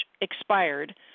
expired